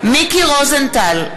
מיקי רוזנטל,